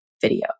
video